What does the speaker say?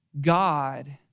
God